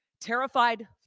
Terrified